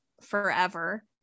forever